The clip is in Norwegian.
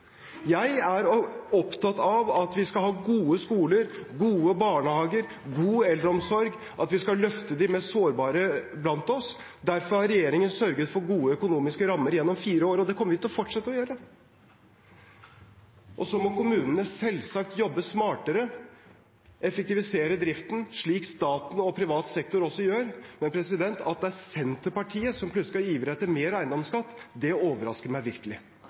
er å øke eiendomsskatten. Jeg er opptatt av at vi skal ha gode skoler, gode barnehager, god eldreomsorg – at vi skal løfte de mest sårbare blant oss. Derfor har regjeringen sørget for gode økonomiske rammer gjennom fire år, og det kommer vi til å fortsette å gjøre. Kommunene må selvsagt jobbe smartere, effektivisere driften, slik staten og privat sektor også gjør. Men at det er Senterpartiet som plutselig ivrer etter mer eiendomsskatt, overrasker meg virkelig.